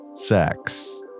Sex